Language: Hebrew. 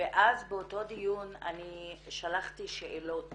ואז באותו דיון שלחתי שאלות